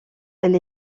elle